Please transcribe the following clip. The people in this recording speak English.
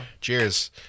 Cheers